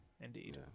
indeed